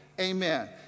Amen